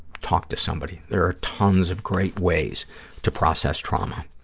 talk to somebody. there are tons of great ways to process trauma.